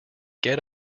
get